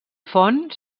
font